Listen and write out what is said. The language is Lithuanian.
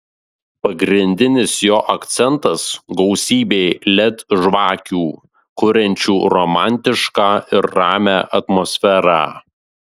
pagrindinis jo akcentas gausybė led žvakių kuriančių romantišką ir ramią atmosferą